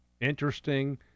Interesting